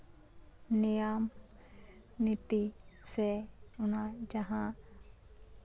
ᱱᱮᱭᱟᱢ ᱱᱤᱛᱤ ᱥᱮ ᱚᱱᱟ ᱡᱟᱦᱟᱸ